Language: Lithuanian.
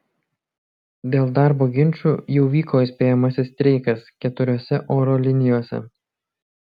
dėl darbo ginčų jau vyko įspėjamasis streikas keturiose oro linijose